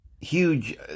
huge